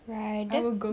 right that's